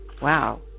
Wow